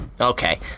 okay